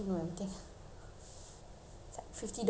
it's like fifty dollars per set